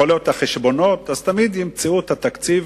יכול להיות החשבונות, אז תמיד ימצאו את התקציב